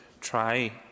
try